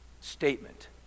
statement